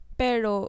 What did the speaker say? pero